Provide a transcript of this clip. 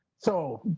so,